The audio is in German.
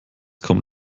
kommt